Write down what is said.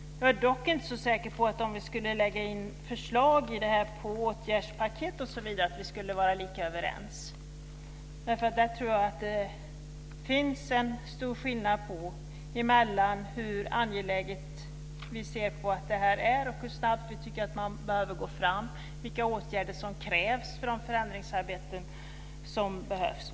Jag är dock inte så säker på att vi, om vi skulle lägga fram förslag på åtgärdspaket osv., skulle vara lika överens. Där tror jag att det finns en stor skillnad på hur angeläget vi anser att det här är och hur snabbt vi tycker att man behöver gå fram, vilka åtgärder som krävs för de förändringsarbeten som behövs.